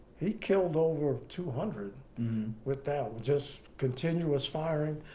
he killed over two hundred with that, just continuous firing.